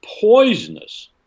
poisonous